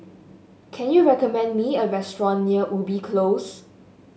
can you recommend me a restaurant near Ubi Close